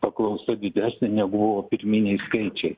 paklausa didesnė negu pirminiai skaičiai